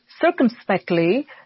circumspectly